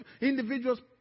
individuals